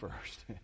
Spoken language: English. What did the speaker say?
first